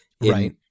right